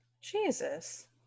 Jesus